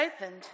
opened